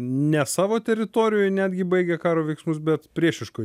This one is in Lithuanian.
ne savo teritorijoj netgi baigė karo veiksmus bet priešiškoj